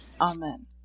Amen